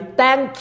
thank